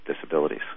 disabilities